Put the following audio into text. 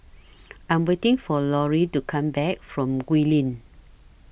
I'm waiting For Lori to Come Back from Gul LINK